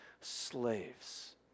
slaves